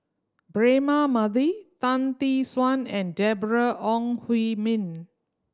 Braema Mathi Tan Tee Suan and Deborah Ong Hui Min